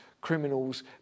criminals